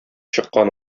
чыккан